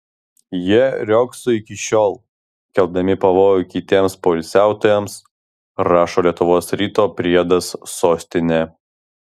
jie riogso iki šiol keldami pavojų kitiems poilsiautojams rašo lietuvos ryto priedas sostinė